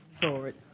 forward